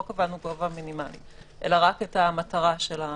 לא קבענו גובה מינימלי אלא רק את מטרת המחיצה.